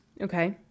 Okay